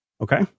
Okay